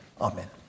Amen